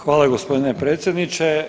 Hvala gospodine predsjedniče.